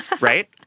right